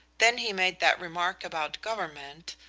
then he made that remark about government,